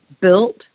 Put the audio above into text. built